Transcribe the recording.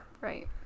Right